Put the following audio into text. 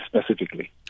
specifically